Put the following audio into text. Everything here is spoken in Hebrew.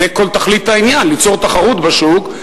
זה כל תכלית העניין, ליצור תחרות בשוק.